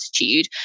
attitude